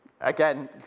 again